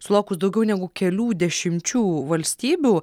sulaukus daugiau negu kelių dešimčių valstybių